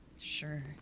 Sure